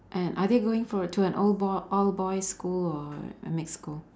and are they going for uh to an ol~ boy all boys' school or a mix school